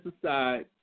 aside